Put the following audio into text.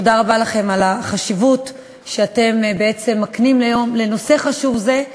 תודה רבה לכם על החשיבות שאתם בעצם מקנים לנושא חשוב זה,